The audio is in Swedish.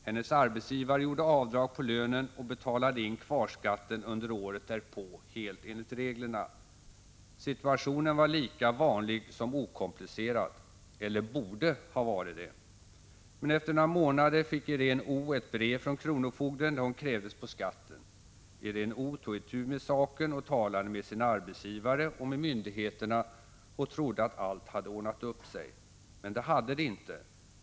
Hennes arbetsgivare gjorde avdrag på lönen och betalade in kvarskatten under året därpå helt enligt reglerna. Situationen var lika vanlig som okomplicerad — eller borde ha varit det! Men efter några månader fick Iréne O. ett brev från kronofogden där hon krävdes på skatten. Iréne O. tog itu med saken och talade med sin arbetsgivare och med myndigheterna — och trodde att allt hade ordnat upp sig. Men det hade det inte!